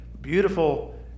beautiful